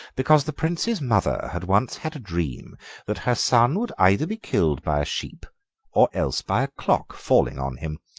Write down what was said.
because the prince's mother had once had a dream that her son would either be killed by a sheep or else by a clock falling on him.